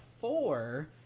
four